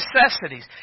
necessities